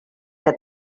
que